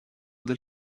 del